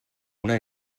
una